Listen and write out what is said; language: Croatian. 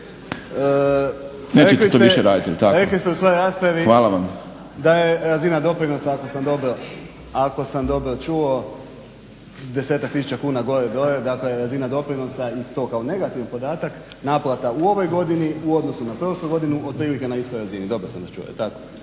Rekli ste u svojoj raspravi da je razina doprinosa ako sam dobro čuo desetak tisuća kuna gore dolje, dakle razina doprinosa i to kao negativni podatak naplate u ovoj godini u odnosu na prošlu godinu otprilike na istoj razini, dobro sam vas čudo, jel tako?